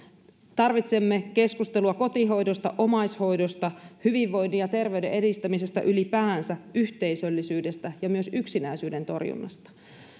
tarvitsemme keskustelua kotihoidosta omaishoidosta hyvinvoinnin ja terveyden edistämisestä ylipäänsä yhteisöllisyydestä ja myös yksinäisyyden torjunnasta